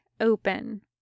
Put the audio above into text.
open